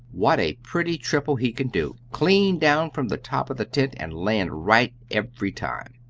what a pretty triple he can do, clean down from the top of the tent, and land right every time!